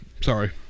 sorry